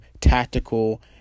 tactical